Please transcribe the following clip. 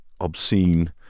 obscene